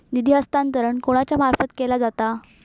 निधी हस्तांतरण कोणाच्या मार्फत केला जाता?